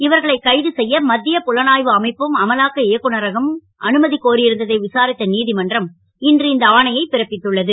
இவர்களை கைது செ ய மத் ய புலனா வு அமைப்பும் அமலாக்க இயக்குநரகமும் அனும கோரி ருந்ததை விசாரித்த நீ மன்றம் இன்று இந்த ஆணையை பிறப்பித்துள்ளது